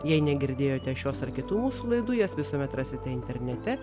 jei negirdėjote šios ar kitų mū laidų jas visuomet rasite internete